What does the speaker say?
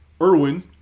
Irwin